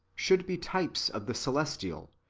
should be types of the celestial,